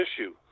issue